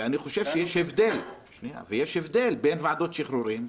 ואני חושב שיש הבדל מוועדות שחרורים.